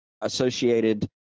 associated